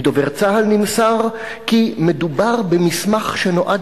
מדובר צה"ל נמסר כי מדובר במסמך שמיועד